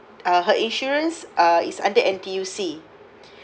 uh her insurance uh is under N_T_U_C